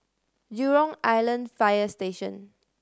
Jurong Island Fire Station